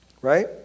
right